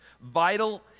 Vital